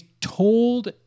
told